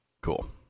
Cool